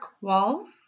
walls